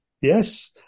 Yes